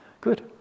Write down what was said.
Good